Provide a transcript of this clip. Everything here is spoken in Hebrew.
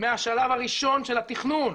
מהשלב הראשון של התכנון.